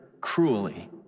cruelly